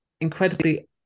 incredibly